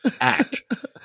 act